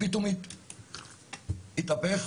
פתאום התהפך.